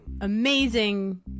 amazing